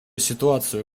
ситуацию